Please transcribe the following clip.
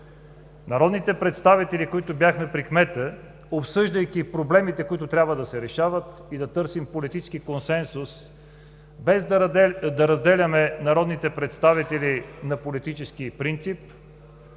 Народните представители, които бяхме при кмета, обсъждайки проблемите, които трябва да се решават, и да търсим политически консенсус, без да разделяме народните представители на политически принцип,